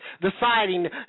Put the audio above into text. deciding